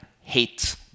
hates